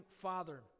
Father